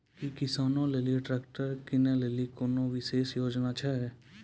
कि किसानो लेली ट्रैक्टर किनै लेली कोनो विशेष योजना छै?